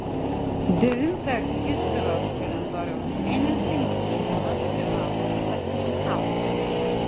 devintą hidžros kalendoriaus mėnesį musulmonas privalo pasninkauti